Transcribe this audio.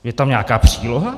Je tam nějaká příloha?